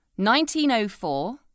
1904